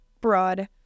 broad